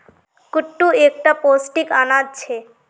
कुट्टू एक टा पौष्टिक अनाज छे